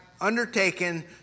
undertaken